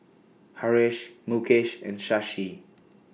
Haresh Mukesh and Shashi